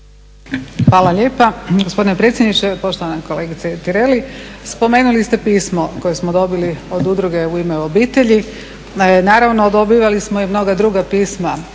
Hvala lijepa.